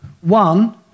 One